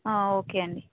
okay అండి